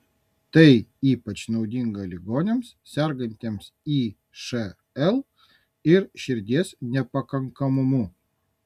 tai ypač naudinga ligoniams sergantiems išl ir širdies nepakankamumu